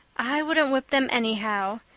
i wouldn't whip them anyhow.